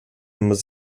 muss